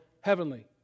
heavenly